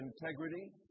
integrity